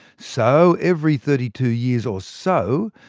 so, every thirty two years or so,